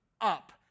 up